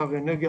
שר האנרגיה